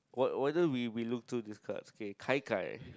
why why don't we we look through these cards okay gai-gai